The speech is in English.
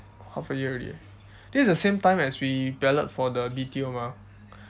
half a year already eh this is the same time as we ballot for the B_T_O mah